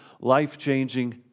life-changing